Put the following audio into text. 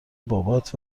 بابات